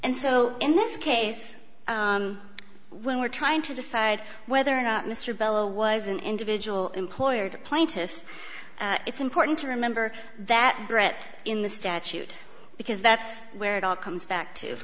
and so in this case when we're trying to decide whether or not mr billow was an individual employer duplantis it's important to remember that brett in the statute because that's where it all comes back to